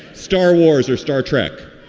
star wars or star trek,